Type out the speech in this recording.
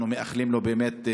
אנחנו מאחלים לו באמת,